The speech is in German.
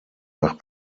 nach